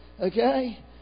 Okay